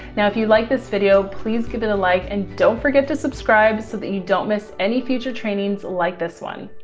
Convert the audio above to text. now, if you liked this video, please give it a like, and don't forget to subscribe so that you don't miss any future trainings like this one.